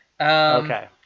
Okay